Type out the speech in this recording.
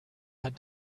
had